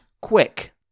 quick